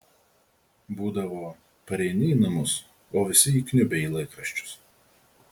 būdavo pareini į namus o visi įkniubę į laikraščius